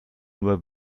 nur